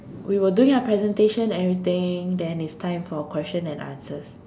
we were doing our presentation and everything then it's time for question and answers